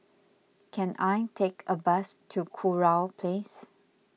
can I take a bus to Kurau Place